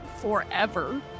forever